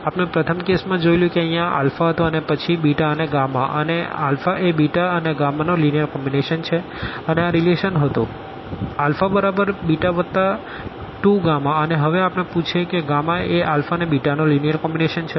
આપણે પ્રથમ કેસ માં જોઈલું કે અહિયાં હતો અને પછી અને અને એ અને નો લીનીઅર કોમ્બીનેશન છે અને આ રીલેશન હતું બરાબર વત્તા 2 અને હવે આપણે પૂછીએ છે કે એ અને નો લીનીઅર કોમ્બીનેશન છે